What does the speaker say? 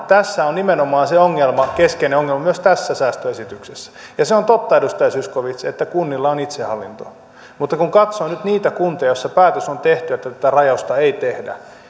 tässä on nimenomaan se keskeinen ongelma myös tässä säästöesityksessä se on totta edustaja zyskowicz että kunnilla on itsehallintoa mutta kun katsoo nyt niitä kuntia joissa päätös on tehty että tätä rajausta ei tehdä